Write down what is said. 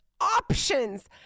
options